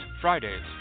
Fridays